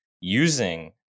using